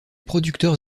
producteurs